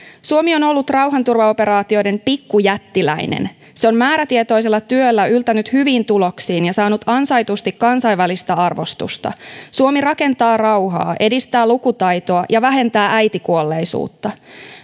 suomi on ollut rauhanturvaoperaatioiden pikkujättiläinen se on määrätietoisella työllä yltänyt hyviin tuloksiin ja saanut ansaitusti kansainvälistä arvostusta suomi rakentaa rauhaa edistää lukutaitoa ja vähentää äitikuolleisuutta